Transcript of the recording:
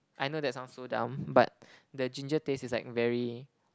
I know that sounds so dumb but the ginger taste is like very